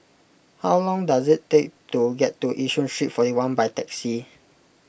how long does it take to get to Yishun Street forty one by taxi